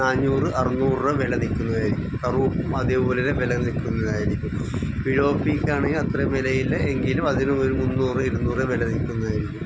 നാന്നൂറ് അറുന്നൂറ് രൂപ വില നിൽക്കുന്നതായിരിക്കും കറൂപ്പും അതേപോലെ തന്നെ വില നിൽക്കുന്നതായും ഫിലോപ്പിക്കാണെങ്കിൽ അത്ര വിലയില്ല എങ്കിലും അതിന് ഒരു മുന്നൂറ് ഇരുന്നൂറ് വില നിൽക്കുന്നതായിരിക്കും